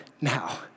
Now